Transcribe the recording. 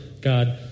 God